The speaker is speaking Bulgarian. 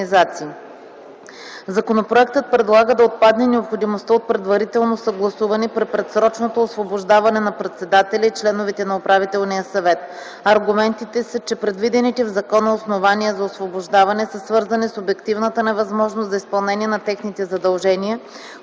Законопроектът предлага да отпадне необходимостта от предварително съгласуване при предсрочното освобождаване на председателя и членовете на управителния съвет. Аргументите са, че предвидените в закона основания за освобождаване са свързани с обективната невъзможност за изпълнение на техните задължения,